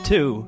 Two